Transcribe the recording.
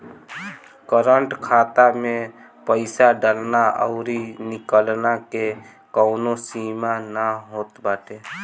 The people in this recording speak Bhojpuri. करंट खाता में पईसा डालला अउरी निकलला के कवनो सीमा ना होत बाटे